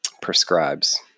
prescribes